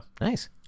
Nice